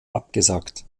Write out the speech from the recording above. abgesagt